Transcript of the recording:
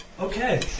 Okay